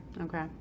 okay